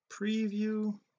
preview